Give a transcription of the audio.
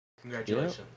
Congratulations